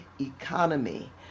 economy